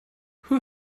who